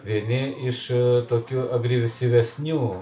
vieni iš tokių agresyvesnių